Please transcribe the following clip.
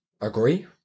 Agree